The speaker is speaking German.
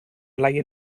laie